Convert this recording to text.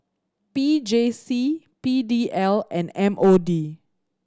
P J C P D L and M O D